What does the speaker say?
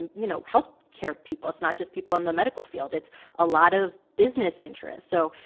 and you know, health care people. it's not just people in the medical field. it's a lot of business interests. so,